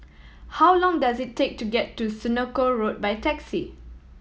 how long does it take to get to Senoko Road by taxi